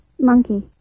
monkey